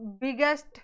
biggest